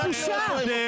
אתה בושה וחרפה,